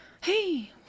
hey